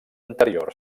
anterior